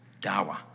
Dawa